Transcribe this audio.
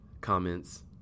comments